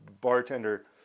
bartender